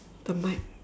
the mic